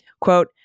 Quote